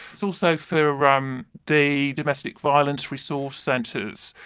so so for um the domestic violence resource centres,